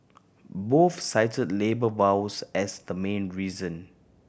both cited labour woes as the main reason